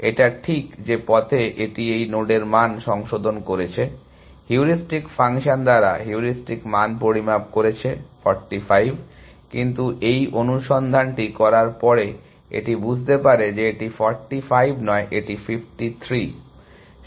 এটা ঠিক যে পথে এটি এই নোডের মান সংশোধন করেছে হিউরিস্টিক ফাংশন দ্বারা হিউরিস্টিক মান পরিমাপ করেছে 45 কিন্তু এই অনুসন্ধানটি করার পরে এটি বুঝতে পারে যে এটি 45 নয় এটি 53